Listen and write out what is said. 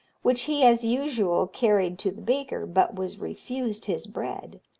which he, as usual, carried to the baker, but was refused his bread,